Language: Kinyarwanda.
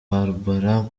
barbara